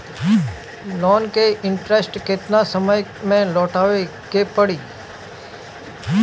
Loan के interest केतना समय में लौटावे के पड़ी?